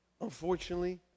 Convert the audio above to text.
Unfortunately